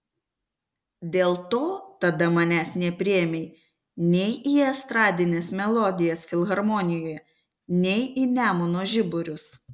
dėl to tada manęs nepriėmė nei į estradines melodijas filharmonijoje nei į nemuno žiburius